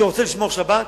שרוצה לשמור שבת?